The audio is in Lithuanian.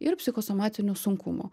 ir psichosomatinių sunkumų